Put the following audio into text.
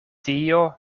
tio